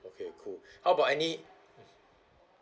okay cool how about any